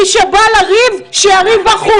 מי שבא לריב, שיריב בחוץ.